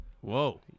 Whoa